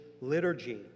liturgy